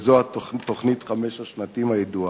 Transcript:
וזו תוכנית חמש השנים הידועה.